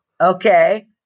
Okay